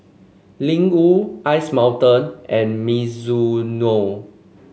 Ling Wu Ice Mountain and Mizuno